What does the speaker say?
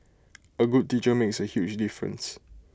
A good teacher makes A huge difference